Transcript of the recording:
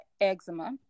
eczema